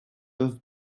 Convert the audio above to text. off